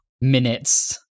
minutes